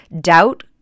Doubt